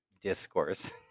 discourse